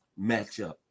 matchup